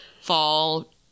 fall